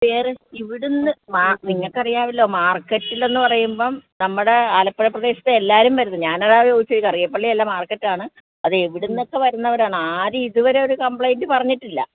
വേറെ ഇവിടുന്ന് മാ നിങ്ങൾക്കറിയാല്ലോ മാർക്കറ്റിലെന്ന് പറയുമ്പം നമ്മുടെ ആലപ്പുഴ പ്രദേശത്തെ എല്ലാവരും വരുന്ന ഞാനതാണ് ചോദിച്ചത് കറിയപ്പള്ളിയല്ല മാർക്കറ്റാണ് അതെവിടുന്നക്കെ വരുന്നവരാണ് ആരും ഇതുവരെ ഒരു കമ്പ്ലൈൻറ്റ് പറഞ്ഞിട്ടില്ല